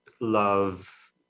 love